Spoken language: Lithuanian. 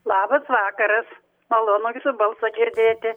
labas vakaras malonu jūsų balsą girdėti